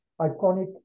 iconic